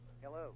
hello